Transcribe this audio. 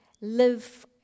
live